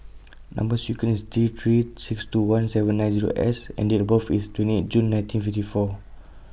Number sequence IS T three six two one seven nine S and Date of birth IS twenty eight June nineteen fifty four